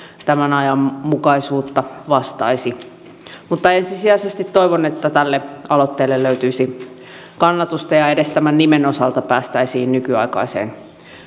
tämän ajan mukaisuutta vastaisi mutta ensisijaisesti toivon että tälle aloitteelle löytyisi kannatusta ja edes tämän nimen osalta päästäisiin nykyaikaiseen